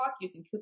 using